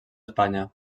espanya